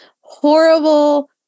horrible